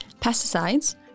pesticides